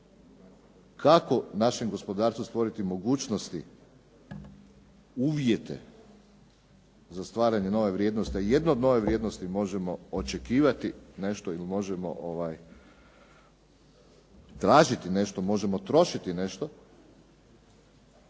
kako u našem gospodarstvu stvoriti mogućnosti, uvjete za stvaranje nove vrijednosti, a jedna od nove vrijednosti možemo očekivati nešto ili možemo tražiti nešto, možemo trošiti nešto.